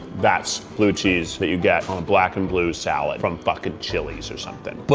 that's blue cheese that you get on a black and blue salad from fucking chili's or something, but